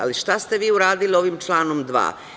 Ali, šta ste vi uradili ovim članom 2?